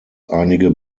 einige